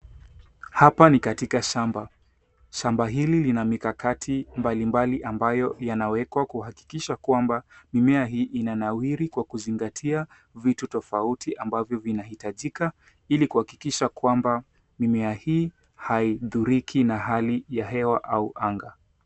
Hapa ni katika shamba. Shamba hili lina mikakati mbalimbali ambayo yanawekwa kuhakikisha kwamba mimea hii ina nawiri kwa kuzingatia vitu tofauti ambavyo vinahitajika ili kuhakikisha kwamba mimea hii haidhuriki na hali ya hewa au anga.